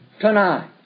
tonight